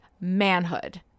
manhood